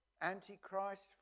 antichrist